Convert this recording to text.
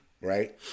right